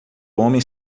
homem